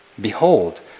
behold